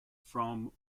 from